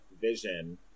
vision